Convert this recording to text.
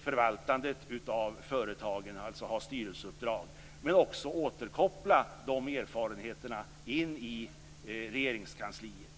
förvaltandet av företagen, dvs. inneha styrelseuppdrag, men skall också kunna återkoppla de erfarenheterna in i Regeringskansliet.